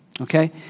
okay